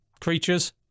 creatures